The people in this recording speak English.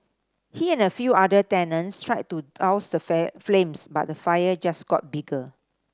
he and a few other tenants tried to douse the flames but the fire just got bigger